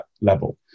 level